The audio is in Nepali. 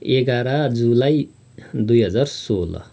एघार जुलाई दुई हजार सोह्र